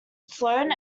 sloan